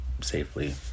safely